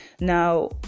Now